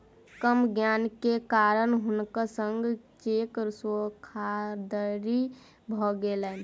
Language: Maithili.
कम ज्ञान के कारण हुनकर संग चेक धोखादड़ी भ गेलैन